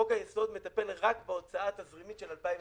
חוק היסוד מטפל רק בהוצאה התזרימית של 2020,